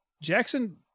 Jackson